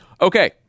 okay